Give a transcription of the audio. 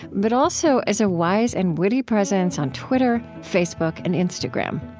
but also as a wise and witty presence on twitter, facebook, and instagram.